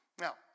Now